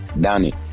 danny